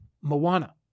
Moana